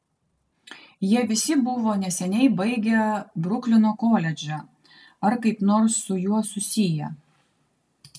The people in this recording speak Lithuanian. jie visi buvo neseniai baigę bruklino koledžą ar kaip nors su juo susiję